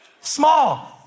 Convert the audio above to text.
Small